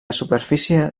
superfície